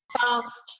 fast